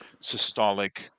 systolic